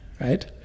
right